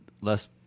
less